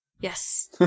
yes